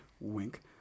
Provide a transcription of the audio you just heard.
wink